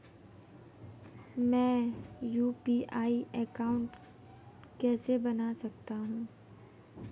मैं UPI account कैसे बना सकता हूं?